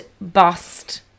bust